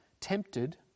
tempted